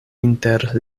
inter